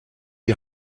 die